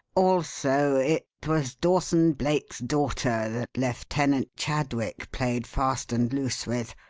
also, it was dawson-blake's daughter that lieutenant chadwick played fast and loose with.